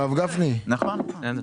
נכון.